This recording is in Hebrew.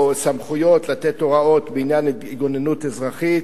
שינויים בהתגוננות האזרחית.